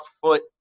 foot